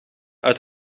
uit